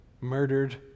murdered